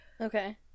Okay